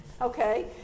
Okay